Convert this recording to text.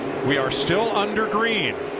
we are still under green.